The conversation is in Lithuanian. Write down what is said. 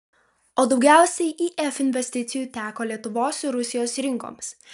o daugiausiai if investicijų teko lietuvos ir rusijos rinkoms